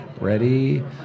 Ready